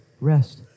rest